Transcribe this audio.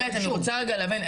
אני רוצה להבין.